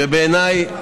שבעיניי,